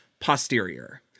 posterior